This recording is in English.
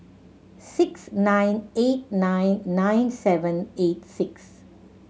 six nine eight nine nine seven eight six